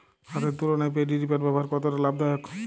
হাতের তুলনায় paddy reaper ব্যবহার কতটা লাভদায়ক?